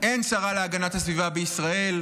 אין שרה להגנת הסביבה בישראל,